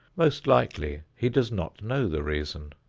most likely he does not know the reason.